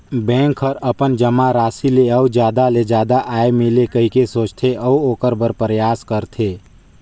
bank हर अपन जमा राशि ले अउ जादा ले जादा आय मिले कहिके सोचथे, अऊ ओखर बर परयास करथे